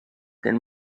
then